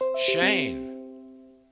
Shane